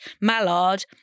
Mallard